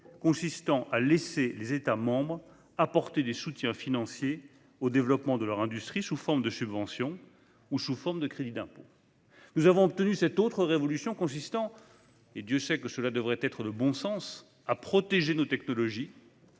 consistant à laisser les États membres apporter des soutiens financiers au développement de leur industrie sous forme de subventions ou de crédits d'impôt. Nous avons obtenu cette autre révolution consistant- Dieu sait que cela devrait être de bon sens -à protéger nos technologies